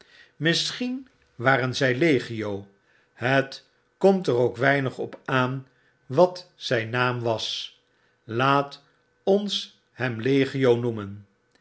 misschien waren zij legio het komt er ook weinig op aan wat zyn naam was laat ons hem legio noemen